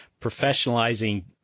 professionalizing